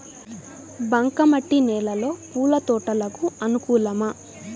బంక మట్టి నేలలో పూల తోటలకు అనుకూలమా?